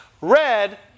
red